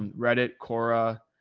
reddit, quora.